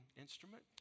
instrument